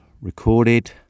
recorded